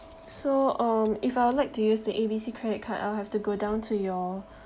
so um if I'd like to use the A B C credit card I'll have to go down to your